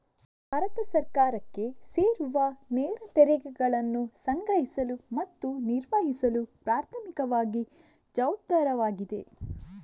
ಭಾರತ ಸರ್ಕಾರಕ್ಕೆ ಸೇರುವನೇರ ತೆರಿಗೆಗಳನ್ನು ಸಂಗ್ರಹಿಸಲು ಮತ್ತು ನಿರ್ವಹಿಸಲು ಪ್ರಾಥಮಿಕವಾಗಿ ಜವಾಬ್ದಾರವಾಗಿದೆ